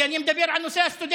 כי אני מדבר על נושא הסטודנטים.